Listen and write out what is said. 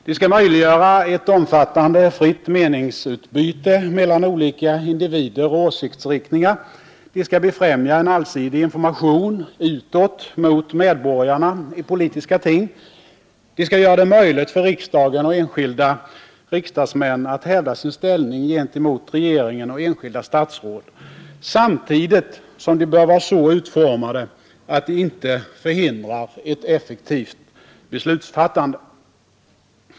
De skall möjliggöra ett omfattande fritt meningsutbyte mellan olika individer och åsiktsriktningar, de skall befrämja en allsidig information utåt mot medborgarna i politiska ting, de skall göra det möjligt för riksdagen och enskilda riksdagsmän att hävda sin ställning gentemot regeringen och enskilda statsråd, samtidigt som de bör vara så utformade att de inte förhindrar ett effektivt beslutsfattande.